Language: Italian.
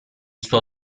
suo